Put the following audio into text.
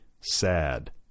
Sad